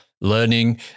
learning